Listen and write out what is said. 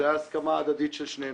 זו הייתה הסכמה הדדית של שנינו.